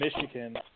Michigan